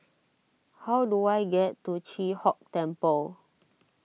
how do I get to Chi Hock Temple